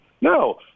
No